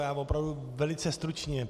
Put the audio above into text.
Já opravdu velice stručně.